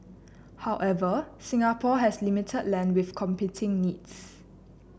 however Singapore has limited land with competing needs